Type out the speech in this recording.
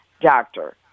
doctor